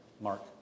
Mark